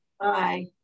Bye